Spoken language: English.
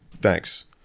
thanks